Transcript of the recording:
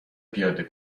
پیاده